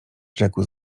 rzekł